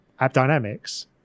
AppDynamics